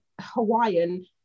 Hawaiian